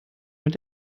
mit